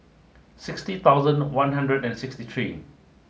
sixty thousand one hundred and sixty three